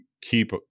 keep